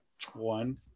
One